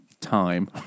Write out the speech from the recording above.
time